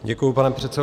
Děkuji, pane předsedo.